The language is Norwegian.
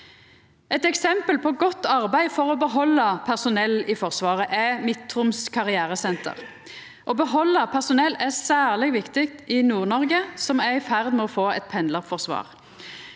Eit eksempel på godt arbeid for å behalda personell i Forsvaret er Midt-Troms Karrieresenter. Å behalda personell er særleg viktig i Nord-Noreg, som er i ferd med å få eit pendlarforsvar.